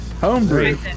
Homebrew